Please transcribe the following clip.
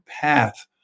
path